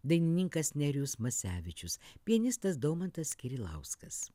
dainininkas nerijus masevičius pianistas daumantas kirilauskas